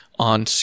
on